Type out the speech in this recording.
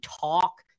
talk